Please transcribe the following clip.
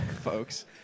folks